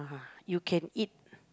you can eat